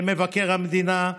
למבקר המדינה.